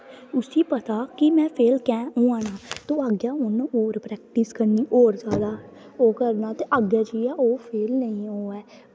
उसी पता ऐ कि में फेल की होआ ना ते अग्गें उन्न होर प्रैक्टिस करनी होर जैदा ओह् करना ते अग्गें जाइयै ओह् फेल नेईं होऐ